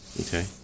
Okay